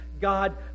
god